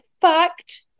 fact